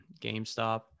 GameStop